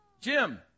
Jim